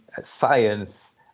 science